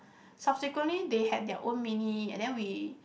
subsequently they had their own mini and then we